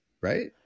right